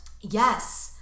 yes